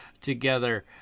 together